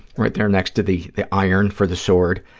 right there next to the the iron for the sword.